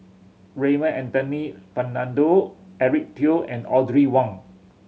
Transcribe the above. Raymond Anthony Fernando Eric Teo and Audrey Wong